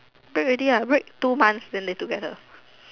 break already ah break two months then they together